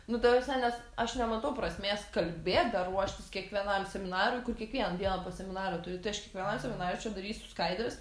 nu ta prasme nes aš nematau prasmės kalbėt dar ruoštis kiekvienam seminarui kur kiekvieną dieną po seminarą turiu tai aš kiekvienam seminare jau čia darysiu skaidres